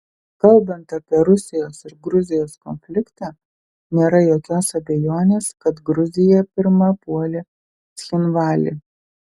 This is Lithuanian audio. kalbant apie rusijos ir gruzijos konfliktą nėra jokios abejonės kad gruzija pirma puolė cchinvalį